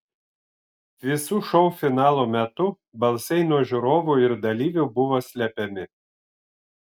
visų šou finalų metu balsai nuo žiūrovų ir dalyvių buvo slepiami